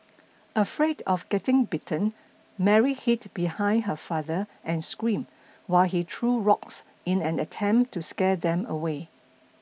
afraid of getting bitten Mary hid behind her father and screamed while he threw rocks in an attempt to scare them away